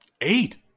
Eight